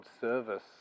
service